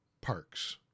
parks